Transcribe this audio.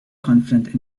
confident